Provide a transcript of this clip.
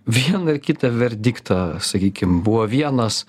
vieną ir kitą verdiktą sakykim buvo vienas